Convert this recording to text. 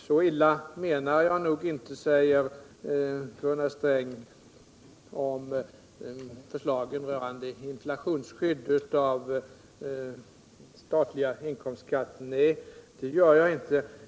Så illa menar jag nog inte, säger Gunnar Sträng, om förslaget rörande inflationsskydd av statliga inkomstskatter. Nej, det gör jag inte.